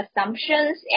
assumptions